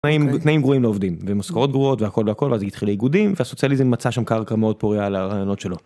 תנאים גרועים לעובדים, ומשכורות גרועות והכל והכל, ואז התחיל האיגודים, והסוציאליזם מצא שם קרקע מאוד פוריה על הרעיונות שלו.